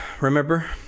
Remember